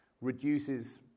reduces